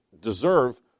deserve